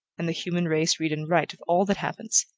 and the human race read and write of all that happens,